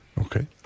Okay